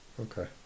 Okay